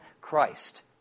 Christ